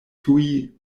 tuj